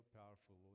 powerful